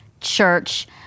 church